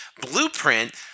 blueprint